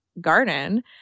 garden